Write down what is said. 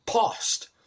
past